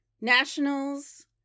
nationals